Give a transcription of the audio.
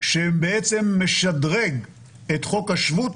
שבעצם משדרג את חוק השבות